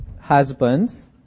Husbands